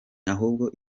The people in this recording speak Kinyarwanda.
ahubwo